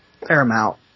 paramount